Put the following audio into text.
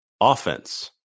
offense